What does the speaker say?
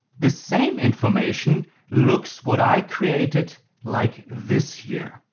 the same information looks what i created like this here.